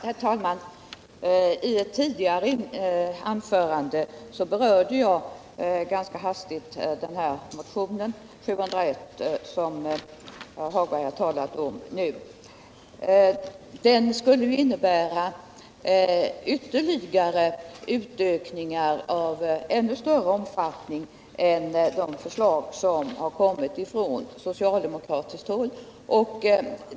Herr talman! I ett tidigare anförande berörde jag ganska hastigt motionen 701, som herr Lars-Ove Hagberg nu har talat om. Den skulle innebära utökningar av ännu större omfattning än de förslag som framställts från socialdemokratiskt håll.